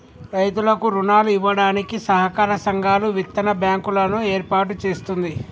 రైతులకు రుణాలు ఇవ్వడానికి సహకార సంఘాలు, విత్తన బ్యాంకు లను ఏర్పాటు చేస్తుంది